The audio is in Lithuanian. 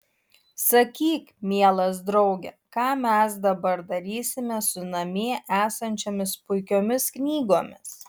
sakyk mielas drauge ką mes dabar darysime su namie esančiomis puikiomis knygomis